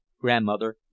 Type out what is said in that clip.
Grandmother